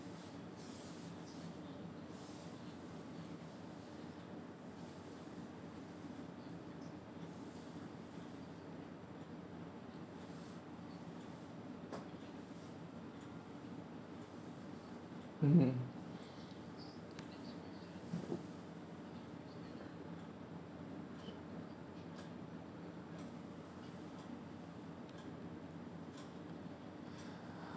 mmhmm